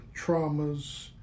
traumas